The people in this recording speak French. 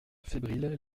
fébriles